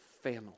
family